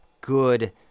good